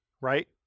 right